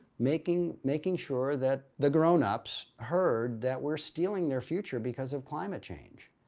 making making sure that the grownups heard that we're stealing their future because of climate change.